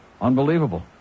Unbelievable